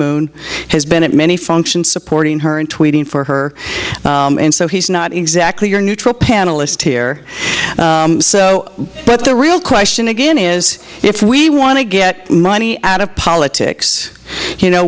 moon has been at many functions supporting her and tweeting for her and so he's not exactly your neutral panelists here so but the real question again is if we want to get money out of politics you know